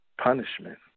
Punishment